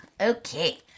Okay